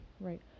Right